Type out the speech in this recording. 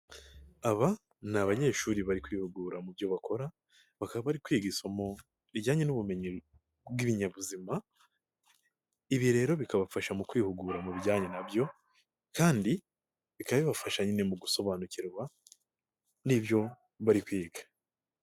Aba ni abanyeshuri bari kwihugura mu byo bakora bakaba bari kwiga isomo rijyanye n'ubumenyi bw'ibinyabuzima, ibi rero bikabafasha mu kwihugura mu bijyanye nabyo, kandi bikabibafasha nyine mu gusobanukirwa n'ibyo bari kwiga.